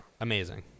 amazing